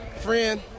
friend